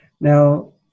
Now